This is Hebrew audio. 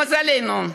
למזלנו,